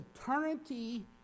eternity